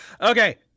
Okay